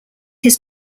his